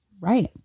Right